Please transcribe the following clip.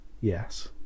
Yes